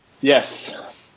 Yes